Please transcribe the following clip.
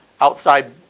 outside